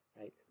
Right